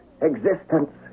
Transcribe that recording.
existence